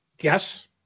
Yes